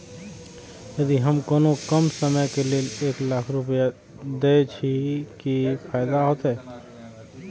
यदि हम कोनो कम समय के लेल एक लाख रुपए देब छै कि फायदा होयत?